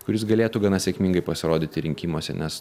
kuris galėtų gana sėkmingai pasirodyti rinkimuose nes